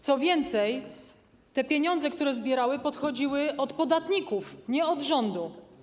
Co więcej, pieniądze, które zbierały, pochodziły od podatników, a nie od rządu.